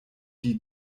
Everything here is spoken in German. die